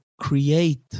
create